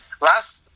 last